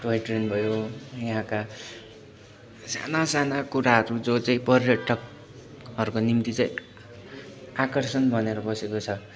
toy train भयो यहाँका साना साना कुराहरू जो चाहिँ पर्यटकहरूको निम्ति चाहिँ आकर्षण बनेर बसेको छ